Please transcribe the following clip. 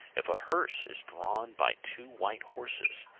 if a hearse is drawn by two white horses,